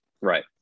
right